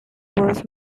was